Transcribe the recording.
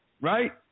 right